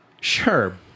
sure